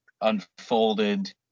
unfolded